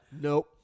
Nope